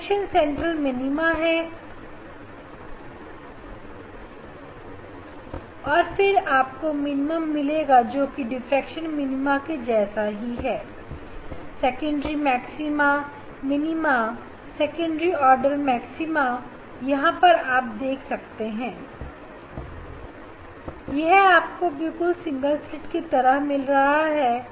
defection central minimum और फिर आप को मिनिमम मिलेगा जो कि डिफ्रेक्शन मिनिमम कि जैसा है secondary maxima minima secondary order secondary maxima और यहां पर आप देख सकते हैं कि आपको बिल्कुल सिंगल स्लिट की तरह यह मिल रहा है